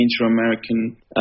Inter-American